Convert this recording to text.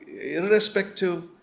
irrespective